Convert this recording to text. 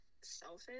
selfish